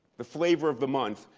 the flavor of the month.